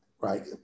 right